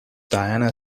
diana